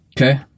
Okay